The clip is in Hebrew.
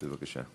בבקשה.